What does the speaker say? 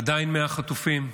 עדיין 100 חטופים בעזה.